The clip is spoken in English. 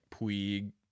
Puig